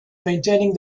maintaining